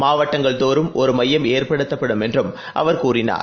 மாவட்டங்கள் தோறும் ஒருமையம் ஏற்படுத்தப்படும் என்றும் அவர் கூறினார்